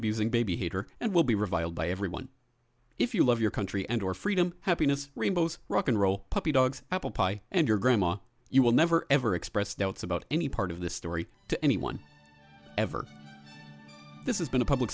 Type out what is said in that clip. abusing baby hater and will be reviled by everyone if you love your country and or freedom happiness rainbows rock n roll puppy dogs apple pie and your grandma you will never ever express doubts about any part of the story to anyone ever this has been a public